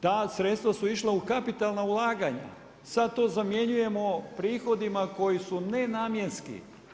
Ta sredstva su išla u kapitalna ulaganja, sada to zamjenjujemo prihodima koji su nenamjenski.